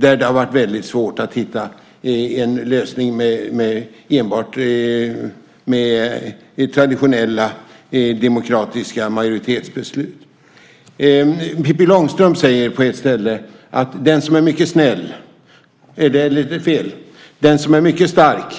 Det har varit väldigt svårt att hitta en lösning med traditionella demokratiska majoritetsbeslut. Pippi Långstrump säger på ett ställe att den som är mycket stark